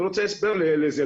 אני רוצה הסבר לזה.